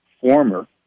former